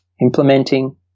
implementing